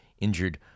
injured